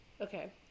Okay